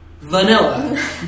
Vanilla